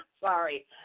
Sorry